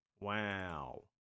wow